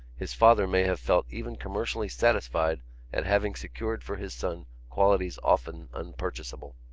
his father may have felt even commercially satisfied at having secured for his son qualities often unpurchaseable.